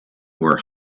were